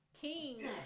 King